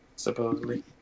supposedly